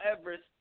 Everest